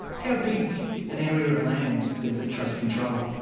how big an area of land does the trust control?